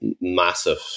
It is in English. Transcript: massive